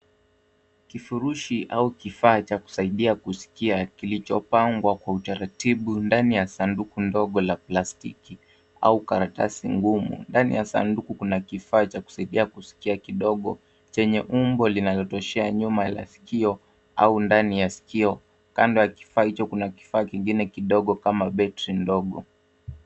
Kifurushi au kifaa cha kusaidia kuskia kilichopangwa kwa utaratibu ndani ya sanduku ndogo la plastiki au karatasi ngumu. Ndani ya sanduku kuna kifaa cha kusaidia kuskia kidogo chenye umbo linalotoshea nyuma la sikio au ndani ya sikio. Kando ya kifaa hicho kuna kifaa kingine kidogo kama battery ndogo.